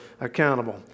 accountable